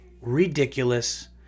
ridiculous